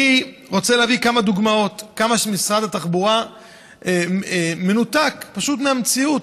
אני רוצה להביא כמה דוגמאות לכמה שמשרד התחבורה מנותק פשוט מהמציאות.